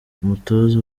umutoza